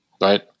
right